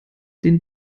den